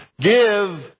Give